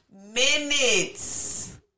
minutes